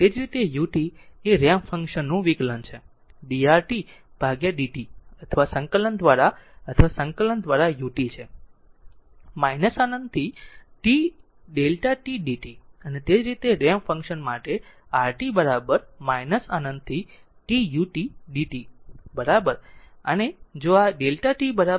એ જ રીતે ut એ રેમ્પ ફંક્શન નું વિકલન d rt by d t અથવા સંકલન દ્વારા અથવા સંકલન દ્વારા ut છે અનંત થી t Δ t d t અને તે જ રીતે રેમ્પ ફંક્શન માટે rt અનંતથી t ut d t બરાબર